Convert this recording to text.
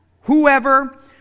whoever